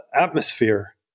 atmosphere